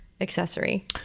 accessory